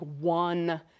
one